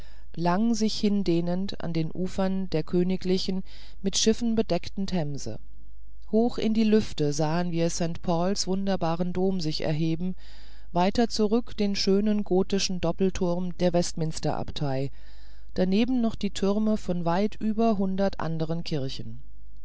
lang sich hindehnend an den ufern der königlichen mit schiffen bedeckten themse hoch in die lüfte sahen wir st pauls wunderbaren dom sich erheben weiter zurück den schönen gotischen doppelturm der westminster abtei daneben noch die türme von weit über hundert anderen kirchen